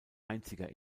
einziger